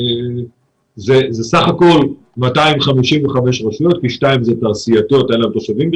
זה בסך הכול 255 רשויות כי שתיים הן תעשייתיות ואין להן תושבים.